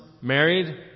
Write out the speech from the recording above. married